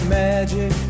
magic